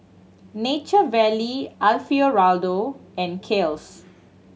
Nature Valley Alfio Raldo and Kiehl's